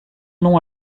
nom